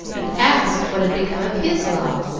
and asked what had become of his lob.